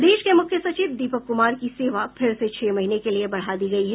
प्रदेश के मुख्य सचिव दीपक कुमार की सेवा फिर से छह महीने के लिए बढ़ा दी गयी है